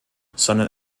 sondern